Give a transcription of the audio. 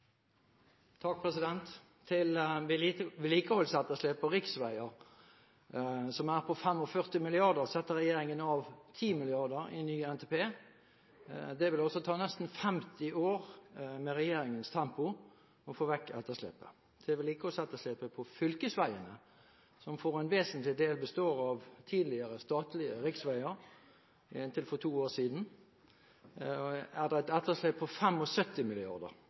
på 45 mrd. kr, setter regjeringen av 10 mrd. kr i den nye NTP. Det vil ta nesten 50 år med regjeringens tempo å få vekk etterslepet. Vedlikeholdsetterslepet på fylkesveiene, som for en vesentlig del består av tidligere statlige riksveier – inntil for to år siden – er på 75 mrd. kr. Med regjeringens tempo med 10 mrd. kr i ny NTP vil det